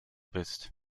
bist